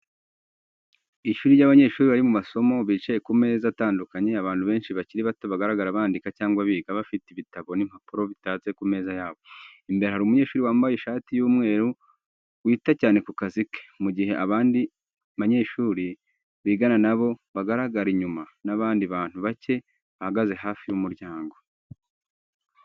Ishuri ry'abanyeshuri bari mu masomo, bicaye ku meza atandukanye. Abantu benshi bakiri bato bagaragara bandika cyangwa biga, bafite ibitabo n'impapuro bitatse ku meza yabo. Imbere hari umunyeshuri wambaye ishati y'umweru wita cyane ku kazi ke, mu gihe abandi banyeshuri bigana na bo bagaragara inyuma, n'abandi bantu bake bahagaze hafi y'umuryango .